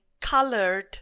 colored